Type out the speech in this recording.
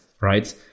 right